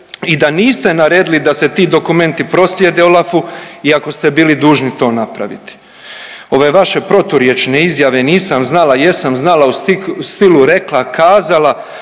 i da niste naredili da se ti dokumenti proslijede OLAF-u iako ste bili dužni to napraviti. Ove vaše proturječne izjave „nisam znala“ „jesam znala“ u stilu „rekla kazala“